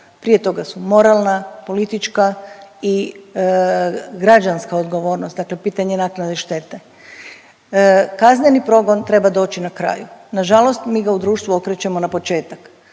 Prije toga su moralna, politička i građanska odgovornost, dakle pitanje naknade štete. Kaznenu progon treba doći na kraju. Nažalost mi ga u društvu okrećemo na početak